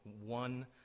one